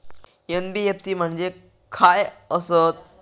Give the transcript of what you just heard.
NBFC म्हणजे खाय आसत?